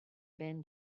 been